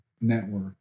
network